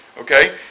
okay